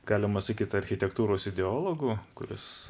galima sakyt architektūros ideologu kuris